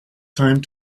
time